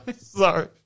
Sorry